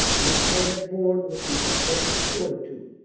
which they had borne with the utmost fortitude.